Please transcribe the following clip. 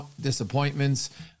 disappointments